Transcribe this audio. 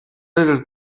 little